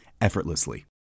effortlessly